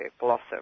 blossom